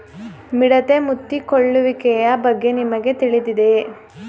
ಮಿಡತೆ ಮುತ್ತಿಕೊಳ್ಳುವಿಕೆಯ ಬಗ್ಗೆ ನಿಮಗೆ ತಿಳಿದಿದೆಯೇ?